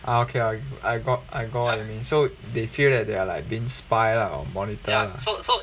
ah okay I I got I got what you mean so they feel that they are like being spy lah or monitor lah